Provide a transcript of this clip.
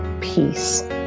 peace